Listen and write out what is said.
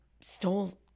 stole